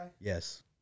Yes